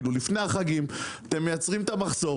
לפני החגים אתם מייצרים את המחסור